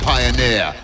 Pioneer